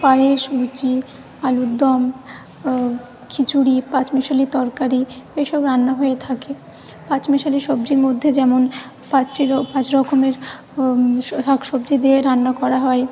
পায়েস লুচি আলুর দম খিচুড়ি পাঁচমেশালি তরকারি এইসব রান্না হয়ে থাকে পাঁচমিশালি সবজির মধ্যে যেমন পাঁচটির পাঁচ রকমের শাকসবজি দিয়ে রান্না করা হয়